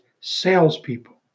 salespeople